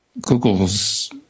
Google's